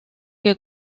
que